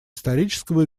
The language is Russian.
исторического